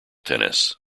tennis